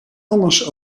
alles